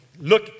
look